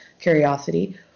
curiosity